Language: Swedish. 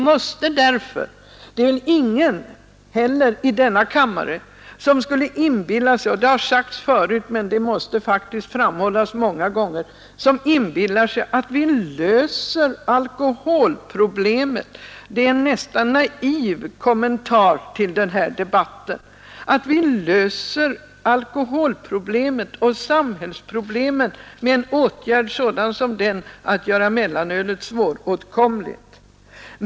Det är väl heller ingen i denna kammare som skulle inbilla sig — det har sagts förut, men det måste faktiskt framhållas många gånger — att vi löser alkoholproblemet och samhällsproblemen med en åtgärd som den att göra mellanölet svåråtkomligt.